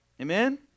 Amen